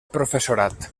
professorat